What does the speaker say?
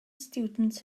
students